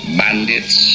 bandits